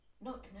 No